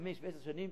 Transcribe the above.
חמש ועשר שנים,